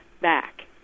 back